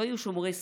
לא יהיו שומרי סף.